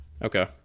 Okay